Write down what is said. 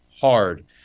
hard